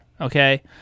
Okay